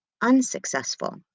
unsuccessful